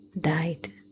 died